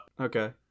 Okay